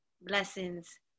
blessings